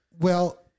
Well-